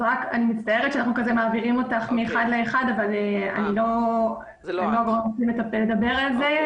אני מצטערת שאנחנו מעבירים אותך מאחד לאחד אבל אני לא אדבר על זה.